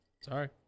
Sorry